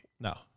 no